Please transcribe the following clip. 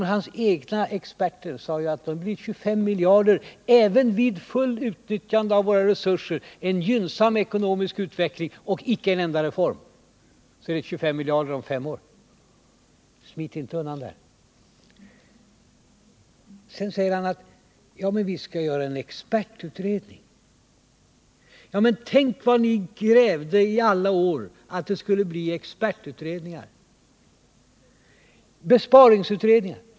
Men hans egna experter säger att budgetunderskottet om fem år är 25 miljarder — även vid fullt utnyttjande av våra resurser, en gynnsam ekonomisk utveckling och utan en enda reform. Smit inte undan där! Gösta Bohman säger sedan att det skall göras en expertutredning. Jag kommer ihåg hur ni i alla år krävde att det skulle tillsättas expertutredningar, besparingsutredningar.